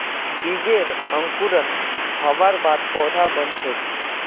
बीजेर अंकुरण हबार बाद पौधा बन छेक